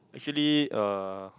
actually uh